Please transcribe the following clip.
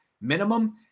minimum